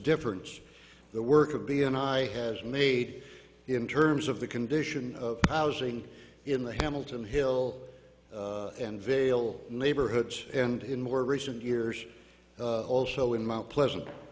difference the work of b and i has made in terms of the condition of housing in the hamilton hill and vale neighborhoods and in more recent years also in mt pleasant